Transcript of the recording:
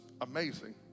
amazing